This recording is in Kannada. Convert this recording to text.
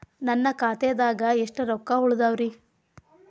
ನನ್ನ ಖಾತೆದಾಗ ಎಷ್ಟ ರೊಕ್ಕಾ ಉಳದಾವ್ರಿ?